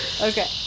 Okay